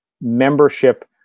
membership